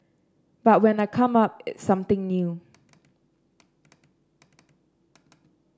but when I come up it's something new